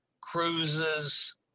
cruises